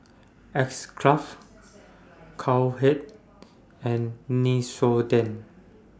X Craft Cowhead and Nixoderm